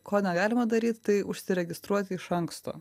ko negalima daryt tai užsiregistruoti iš anksto